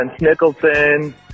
Nicholson